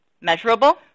Measurable